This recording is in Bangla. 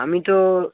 আমি তো